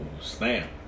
snap